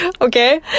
okay